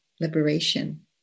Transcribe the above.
liberation